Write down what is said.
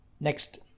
next